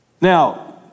Now